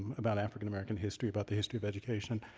about african-american history, about the history of education.